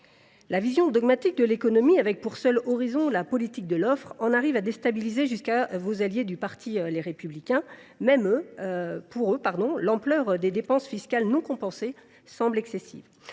vision dogmatique de l’économie, dont la politique de l’offre constitue le seul horizon, en arrive à déstabiliser jusqu’à vos alliés du parti Les Républicains. Même pour eux, l’ampleur des dépenses fiscales non compensées semble excessive,